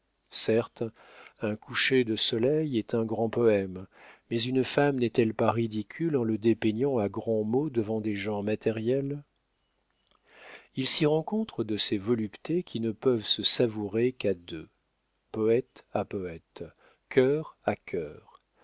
certes un coucher de soleil est un grand poème mais une femme n'est-elle pas ridicule en le dépeignant à grands mots devant des gens matériels il s'y rencontre de ces voluptés qui ne peuvent se savourer qu'à deux poète à poète cœur à cœur